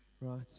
Right